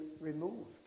removed